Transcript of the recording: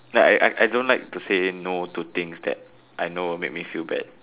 like I I don't like to say no to things that I know will make me feel bad